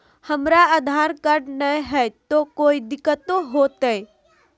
हमरा आधार कार्ड न हय, तो कोइ दिकतो हो तय?